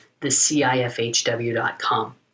thecifhw.com